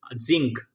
zinc